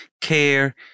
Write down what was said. Care